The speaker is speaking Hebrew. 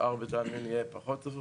בשאר בית העלמין יהיה פחות צפוף,